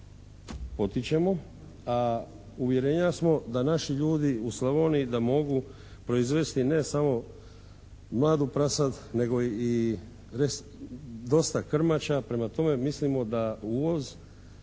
potičemo a uvjerenja smo da naši ljudi u Slavoniji da mogu proizvesti ne samo mladu prasad nego i dosta krmača. Prema tome, mislimo da uvoz